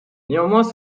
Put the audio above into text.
néanmoins